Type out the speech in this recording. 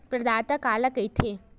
प्रदाता काला कइथे?